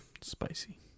spicy